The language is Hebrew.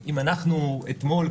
אתמול,